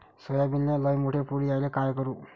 सोयाबीनले लयमोठे फुल यायले काय करू?